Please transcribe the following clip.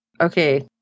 okay